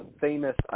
famous